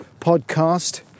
podcast